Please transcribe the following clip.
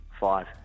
Five